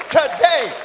today